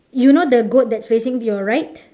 you know the goat that's facing to your right